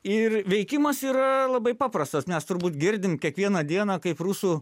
ir veikimas yra labai paprastas mes turbūt girdim kiekvieną dieną kaip rusų